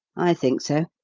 i think so.